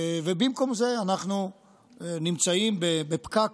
ובמקום זה אנחנו נמצאים בפקק,